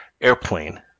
Airplane